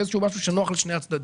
באיזה שהוא משהו שנוח לשני הצדדים.